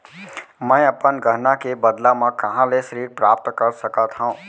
मै अपन गहना के बदला मा कहाँ ले ऋण प्राप्त कर सकत हव?